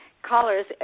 Callers